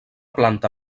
planta